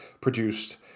produced